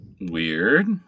Weird